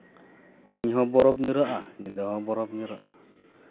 ᱥᱤᱧ ᱦᱚᱸ ᱵᱚᱨᱚᱯᱷ ᱧᱩᱨᱦᱟᱹᱜᱼᱟ ᱧᱤᱫᱟᱹ ᱦᱚᱸ ᱵᱚᱨᱚᱯᱷ ᱧᱩᱨᱦᱟᱹᱜᱼᱟ